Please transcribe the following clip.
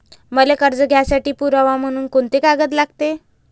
मले कर्ज घ्यासाठी पुरावा म्हनून कुंते कागद लागते?